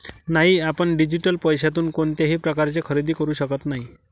नाही, आपण डिजिटल पैशातून कोणत्याही प्रकारचे खरेदी करू शकत नाही